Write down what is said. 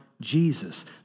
Jesus